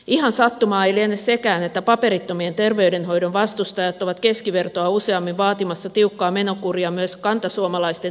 ihan sattumaa ei liene sekään että paperittomien terveydenhoidon vastustajat ovat keskivertoa useammin vaatimassa tiukkaa menokuria myös kantasuomalaisten terveysmenoihin